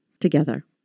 together